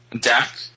deck